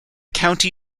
county